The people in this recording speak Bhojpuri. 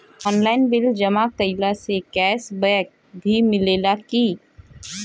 आनलाइन बिल जमा कईला से कैश बक भी मिलेला की?